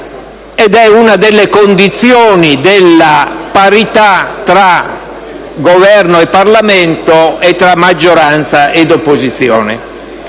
ed è una delle condizioni della parità tra Governo e Parlamento e tra maggioranza ed opposizione.